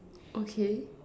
okay